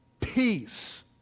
peace